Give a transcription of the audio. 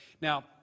Now